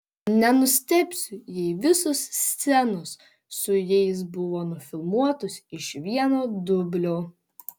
nenustebsiu jei visos scenos su jais buvo nufilmuotos iš vieno dublio